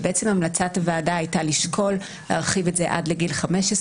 ובעצם המלצת הוועדה הייתה לשקול להרחיב את זה עד גיל 15,